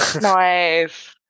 Nice